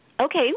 Okay